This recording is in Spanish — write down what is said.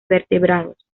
vertebrados